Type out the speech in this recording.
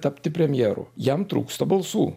tapti premjeru jam trūksta balsų